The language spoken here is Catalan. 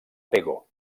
pego